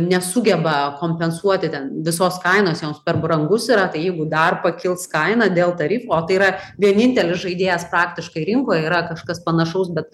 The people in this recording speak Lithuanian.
nesugeba kompensuoti ten visos kainos joms per brangus yra tai jeigu dar pakils kaina dėl tarifo o tai yra vienintelis žaidėjas praktiškai rinkoj yra kažkas panašaus bet